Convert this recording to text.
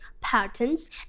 patterns